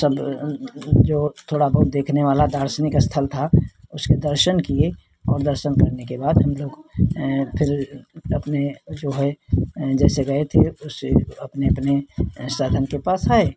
सब जो थोड़ा बहुत देखने वाला दार्शनिक स्थल था उसके दर्शन किए और दर्शन करने के बाद हम लोग फिर अपने जो है जैसे गए थे उससे अपने अपने साधन के पास आए